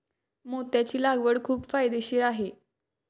मोत्याची लागवड खूप फायदेशीर आहे